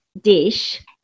dish